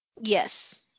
Yes